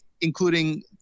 including